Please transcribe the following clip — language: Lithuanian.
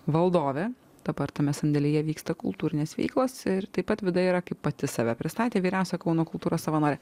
valdovė dabar tame sandėlyje vyksta kultūrinės veiklos ir taip pat vida yra kaip pati save pristatė vyriausia kauno kultūros savanorė